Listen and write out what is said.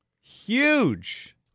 Huge